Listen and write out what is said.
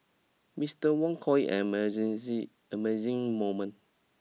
Mister Wong call it an amazing moment